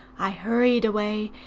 i hurried away,